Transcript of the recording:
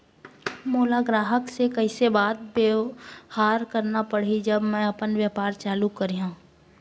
मोला ग्राहक से कइसे बात बेवहार करना पड़ही जब मैं अपन व्यापार चालू करिहा?